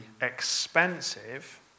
expensive